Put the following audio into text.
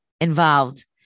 involved